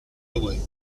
aubrais